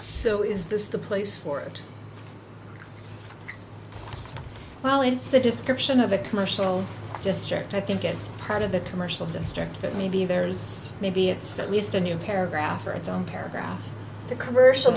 so is this the place for it well it's the description of a commercial district i think it part of the commercial district but maybe there is maybe it's at least a new paragraph for its own paragraph the commercial